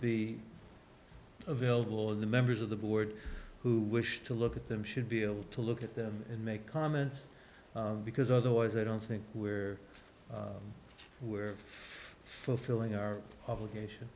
be available all of the members of the board who wish to look at them should be able to look at them and make comments because otherwise i don't think we're we're fulfilling our obligation